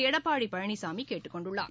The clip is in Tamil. எடப்பாடி பழனிசாமி கேட்டுக் கொண்டுள்ளார்